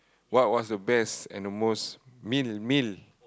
what was the best and the most meal meal